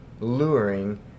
luring